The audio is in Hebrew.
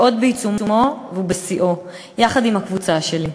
שהוא עוד בעיצומו ובשיאו, יחד עם הקבוצה שלי.